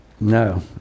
no